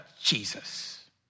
Jesus